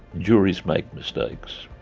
juries make mistakes.